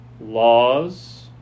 Laws